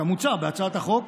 כמוצע בהצעת החוק,